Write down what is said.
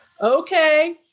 okay